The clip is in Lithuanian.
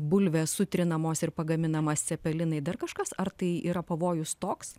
bulvės sutrinamos ir pagaminamas cepelinai dar kažkas ar tai yra pavojus toks